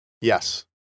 Yes